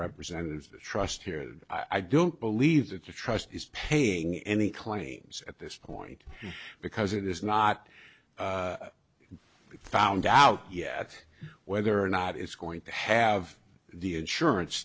representative trust here and i don't believe that the trust is paying any claims at this point because it is not the we found out yet whether or not it's going to have the insurance